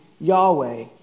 Yahweh